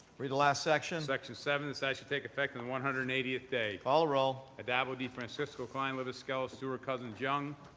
read the last section. section, this act shall take effect on the one hundred and eightieth day. call the roll. addabbo, defrancisco, klein, libous, skelos, stewart-cousins, young.